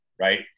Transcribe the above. right